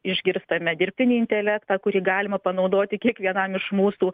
išgirstame dirbtinį intelektą kurį galima panaudoti kiekvienam iš mūsų